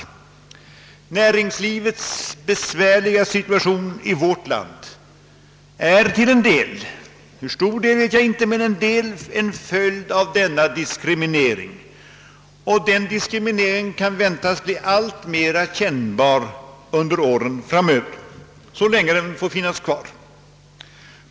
Vårt näringslivs besvärliga situation är till en del — hur stor del vet jag inte — en följd av denna diskriminering, som kan väntas bli alltmer kännbar under åren framöver så länge den får finnas kvar.